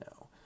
no